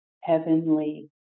heavenly